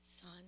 son